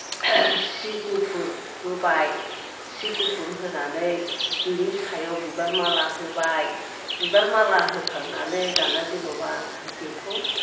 सि गुफुर होबाय सि गुफुर होनानै बिनि सायाव बिबार माला होबाय बिबार माला होखांनानै दाना जेनेबा बेखौ